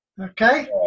Okay